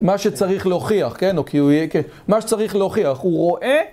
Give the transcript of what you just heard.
מה שצריך להוכיח, כן, או כי הוא יהיה, מה שצריך להוכיח, הוא רואה